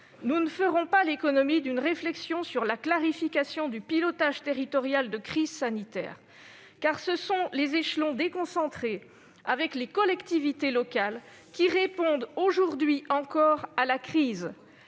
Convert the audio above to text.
Nous ne ferons pas l'économie d'une réflexion sur la clarification du pilotage territorial de crise sanitaire, car ce sont les échelons déconcentrés qui, avec les collectivités locales, répondent, aujourd'hui encore, à la crise.